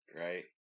right